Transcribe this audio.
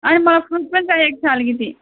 अनि मलाई फ्रुट्स पनि चाहिएको छ अलिकति